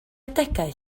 adegau